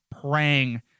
praying